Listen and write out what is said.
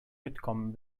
mitkommen